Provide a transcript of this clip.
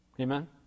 Amen